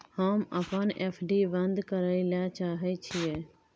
हम अपन एफ.डी बंद करय ले चाहय छियै